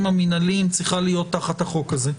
המינהליים צריכה להיות תחת החוק הזה.